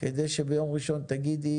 כדי שביום ראשון תגידי: